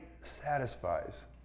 satisfies